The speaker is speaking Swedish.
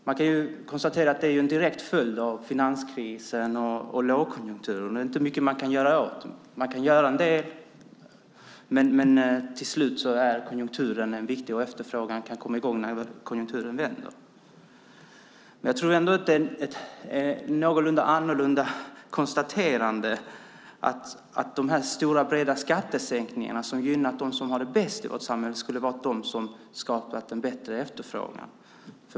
Man kan konstatera att det är en direkt följd av finanskrisen och lågkonjunkturen, och det är inte mycket man kan göra åt det. Man kan göra en del, men konjunkturen är avgörande och efterfrågan kan komma i gång när konjunkturen vänder. Ett något annorlunda konstaterande är att de stora skattesänkningarna som gynnat dem som har det bäst i vårt samhälle skulle vara det som skapat en bättre efterfrågan.